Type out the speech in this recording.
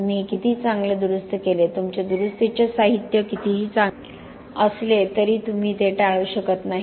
तुम्ही हे किती चांगले दुरुस्त केलेत तुमचे दुरुस्तीचे साहित्य कितीही चांगले असले तरी तुम्ही ते टाळू शकत नाही